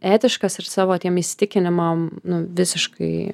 etiškas ir savo tiem įsitikinimam visiškai